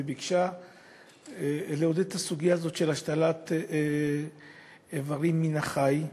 וביקשה לעודד את הסוגיה הזאת של השתלת איברים מן החי.